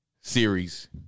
series